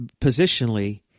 positionally